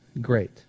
great